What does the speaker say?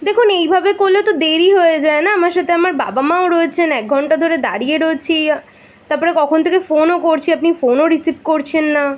দেখুন এইভাবে করলে তো দেরি হয়ে যায় না আমার সাথে আমার বাবা মাও রয়েছেন এক ঘন্টা ধরে দাঁড়িয়ে রয়েছি তারপরে কখন থেকে ফোনও করছি আপন ফোনও রিসিভ করছেন না